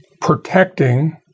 protecting